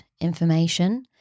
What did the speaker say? information